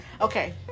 Okay